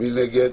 מי נגד?